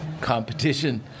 competition